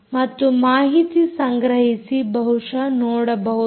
ಮತ್ತು ಮಾಹಿತಿಯನ್ನು ಸಂಗ್ರಹಿಸಿ ಬಹುಶಃ ನೋಡಬಹುದು